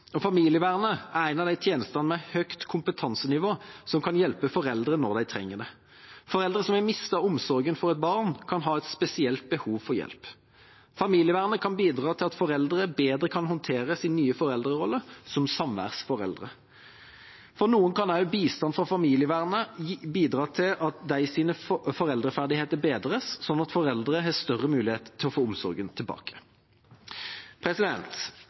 Familievernet er en av de tjenestene med høyt kompetansenivå som kan hjelpe foreldre når de trenger det. Foreldre som har mistet omsorgen for et barn, kan ha et spesielt behov for hjelp. Familievernet kan bidra til at foreldre bedre kan håndtere sin nye foreldrerolle, som samværsforeldre. For noen kan også bistand fra familievernet bidra til at deres foreldreferdigheter bedres sånn at de har større mulighet for å få omsorgen